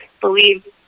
believe